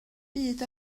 byd